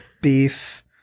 beef